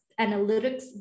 analytics